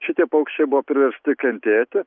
šitie paukščiai buvo priversti kentėti